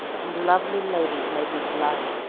and lovely ladies made me blush,